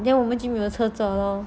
then 我们就没有车坐 lor